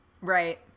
Right